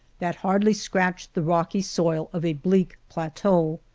that hardly scratched the rocky soil of a bleak plateau.